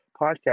podcast